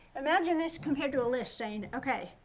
imagine this compared to a list saying, okay,